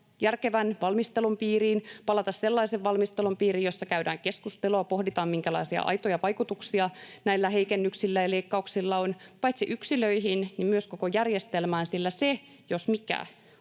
järkevän valmistelun piiriin, palata sellaisen valmistelun piiriin, jossa käydään keskustelua, pohditaan, minkälaisia aitoja vaikutuksia näillä heikennyksillä ja leikkauksilla on paitsi yksilöihin ja myös koko järjestelmään, sillä se, jos mikä,